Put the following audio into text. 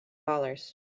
dollars